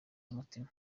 n’umutima